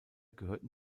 gehörten